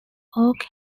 oak